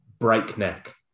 Breakneck